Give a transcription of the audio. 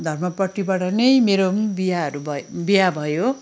इसाई धर्मपट्टिबाट नै मेरो बिहेहरू बिहे भयो